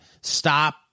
stop